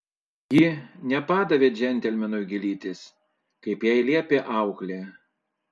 ji nepadavė džentelmenui gėlytės kaip jai liepė auklė